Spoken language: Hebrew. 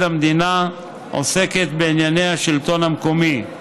המדינה עוסקת בענייני השלטון המקומי.